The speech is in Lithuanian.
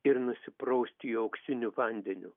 ir nusiprausti auksiniu vandeniu